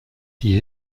die